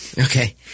okay